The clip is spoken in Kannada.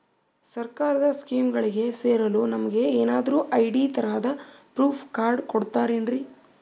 ಸರ್ಕಾರದ ಸ್ಕೀಮ್ಗಳಿಗೆ ಸೇರಲು ನಮಗೆ ಏನಾದ್ರು ಐ.ಡಿ ತರಹದ ಪ್ರೂಫ್ ಕಾರ್ಡ್ ಕೊಡುತ್ತಾರೆನ್ರಿ?